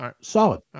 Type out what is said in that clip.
Solid